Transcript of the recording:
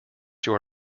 your